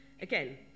again